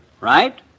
right